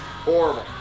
horrible